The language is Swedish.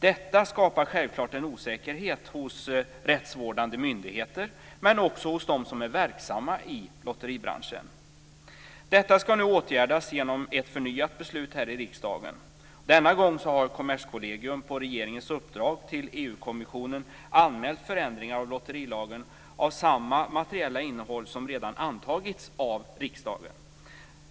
Detta skapar självklart en osäkerhet hos rättsvårdande myndigheter, men också hos dem som är verksamma i lotteribranschen. Detta ska nu åtgärdas genom ett förnyat beslut här i riksdagen. Denna gång har Kommerskollegium på regeringens uppdrag till EU-kommissionen anmält förändringar av lotterilagen av samma materiella innehåll som redan antagits av riksdagen.